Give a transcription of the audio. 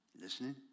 Listening